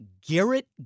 Garrett